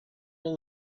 will